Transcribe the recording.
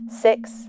six